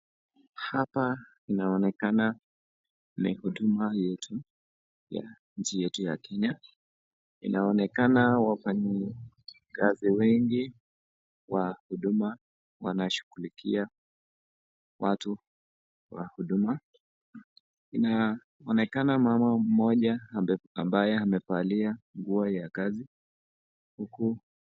Hapa inaonekana ni huduma yetu ya nchi yetu ya Kenya. Inaonekana wafinyikazi wengi wa huduma wanashughulikia watu wa huduma. Inaonekana mama mmoja ambaye amevalia nguo ya kazi huku.